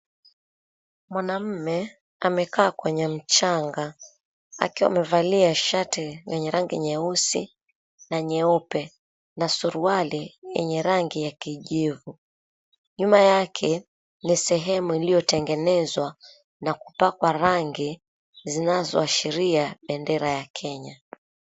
Mwanamume, amekaa kwenye mchanga, akiwa amevalia shati yenye rangi nyeusi na nyeupe na suruali yenye rangi ya kijivu. Nyuma yake, ni sehemu iliyotengenezwa na kupakwa rangi zinazoashiria bendera ya Kenya.